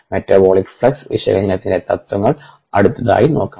metabolic flux വിശകലനത്തിന്റെ തത്ത്വങ്ങൾ അടുത്തതായി നോക്കാം